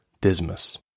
Dismas